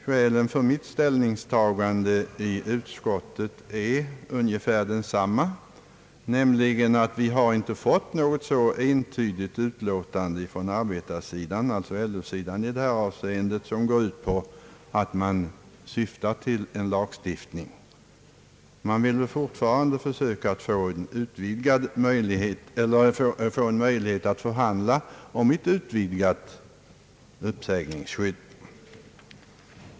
Skälet för mitt ställningstagande i utskottet är ungefär detsamma, nämligen att vi inte har fått något sådant entydigt utlåtande från arbetarsidan — alltså LO-sidan i detta avseende — som går ut på utredning om lagstiftning. Man vill fortfarande försöka möjligheten att förhandla om ett utvidgat uppsägningsskydd.